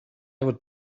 would